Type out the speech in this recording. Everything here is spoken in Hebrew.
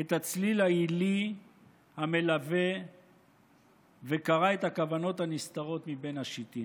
את הצליל העילי המלווה וקרא את הכוונות הנסתרות מבין השיטין.